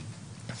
הקרובה.